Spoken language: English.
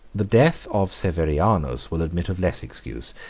the death of severianus will admit of less excuse,